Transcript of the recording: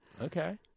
Okay